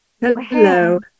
Hello